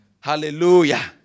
Hallelujah